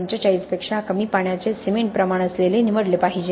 45 पेक्षा कमी पाण्याचे सिमेंट प्रमाण असलेले निवडले पाहिजे